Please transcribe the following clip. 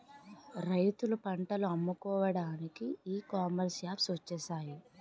రైతులు పంటలు అమ్ముకోవడానికి ఈ కామర్స్ యాప్స్ వచ్చేసాయి